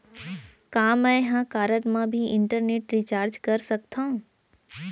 का मैं ह कारड मा भी इंटरनेट रिचार्ज कर सकथो